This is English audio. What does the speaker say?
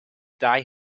thy